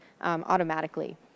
automatically